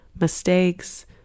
mistakes